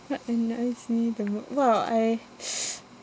what can I see the most what would I